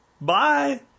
Bye